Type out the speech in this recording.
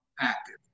active